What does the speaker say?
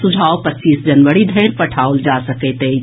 सुझाव पच्चीस जनवरी धरि पठाओल जा सकैत अछि